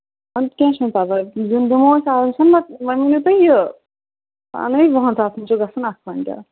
وَل کیٚنہہ چھُنہٕ پَرواے وۄنۍ ؤنِو تُہۍ یہِ پانَے وُہن ساسَن چھُ گژھان اَکھ کویِنٹَل